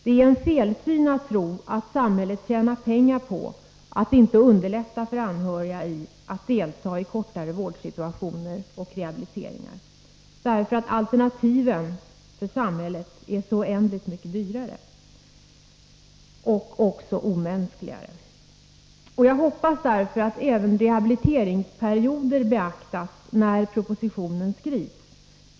Det är en felsyn att tro att samhället tjänar pengar på att inte underlätta för anhöriga att delta i rehabilitering och vård av anhörig under kortare tidsperioder. Alternativen — för samhället — är ju så oändligt mycket dyrare. Det är alltså min förhoppning att även kortare rehabiliteringsperioder beaktas när propositionen skrivs.